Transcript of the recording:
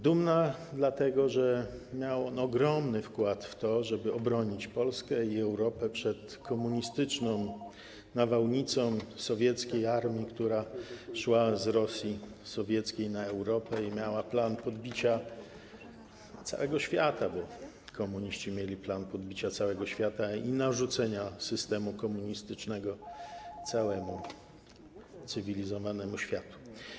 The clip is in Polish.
Dumne dlatego, że miał on ogromny wkład w to, żeby obronić Polskę i Europę przed komunistyczną nawałnicą sowieckiej armii, która szła z Rosji sowieckiej na Europę i miała plan podbicia całego świata, bo komuniści mieli plan podbicia całego świata i narzucenia systemu komunistycznego całemu cywilizowanemu światu.